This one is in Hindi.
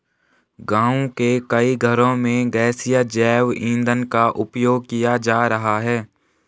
गाँव के कई घरों में गैसीय जैव ईंधन का उपयोग किया जा रहा है